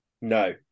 No